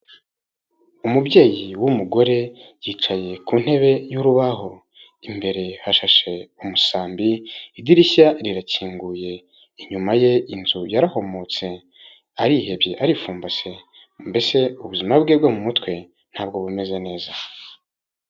Umubyeyi w'umugore yicaye ku ntebe y'urubaho, imbere hashashe umusambi idirishya rirakinguye, inyuma ye inzu yarahomotse arihebye arifumbase mbese ubuzima bwe bwo mu mutwe ntabwo bumeze neza.